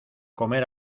comer